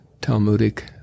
Talmudic